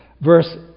Verse